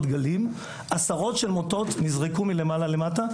דגלים עשרות של מוטות נזרקו מלמעלה למטה.